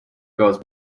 گاز